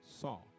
saw